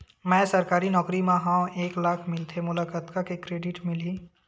मैं सरकारी नौकरी मा हाव एक लाख मिलथे मोला कतका के क्रेडिट मिलही?